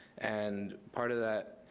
and part of that,